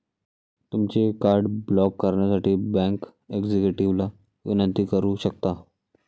तुमचे card block करण्यासाठी bank एक्झिक्युटिव्हला विनंती करू शकता